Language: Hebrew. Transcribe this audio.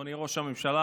אדוני ראש הממשלה,